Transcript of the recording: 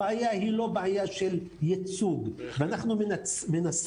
הבעיה היא לא בעיה של ייצוג ואנחנו מנסחים